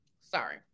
sorry